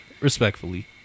Respectfully